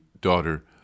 Daughter